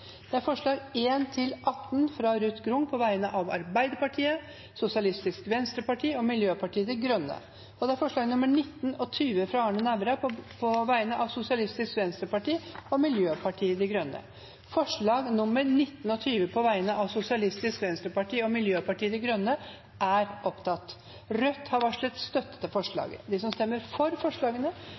Det er forslagene nr. 1–18, fra Ruth Grung på vegne av Arbeiderpartiet, Sosialistisk Venstreparti og Miljøpartiet De Grønne forslagene nr. 19 og 20, fra Arne Nævra på vegne av Sosialistisk Venstreparti og Miljøpartiet De Grønne Det voteres over forslagene nr. 19 og 20, fra Sosialistisk Venstreparti og Miljøpartiet De Grønne. Forslag nr. 19 lyder: «Stortinget ber regjeringen stramme inn lovverk og kommunenes dispensasjonsmuligheter for